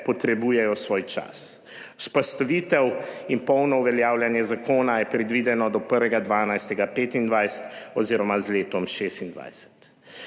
Potrebujejo svoj čas. Vzpostavitev in polno uveljavljanje zakona je predvideno do prvega 12.25 oziroma z letom 26